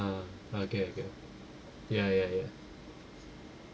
ah okay okay ya ya ya